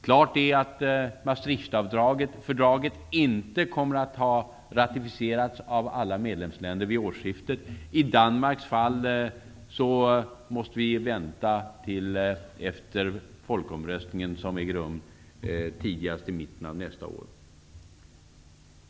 Det är klart att Maastrichtfördraget inte kommer att ha ratificerats av alla medlemsländer vid årsskiftet. I Danmark sker folkomröstningen tidigast i mitten av nästa år.